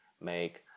make